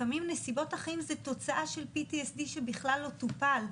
לפעמים נסיבות החיים זה תוצאה של PTSD שבכלל לא טופל,